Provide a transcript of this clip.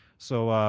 so